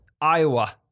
Iowa